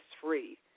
free